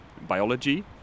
biology